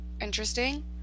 interesting